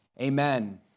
Amen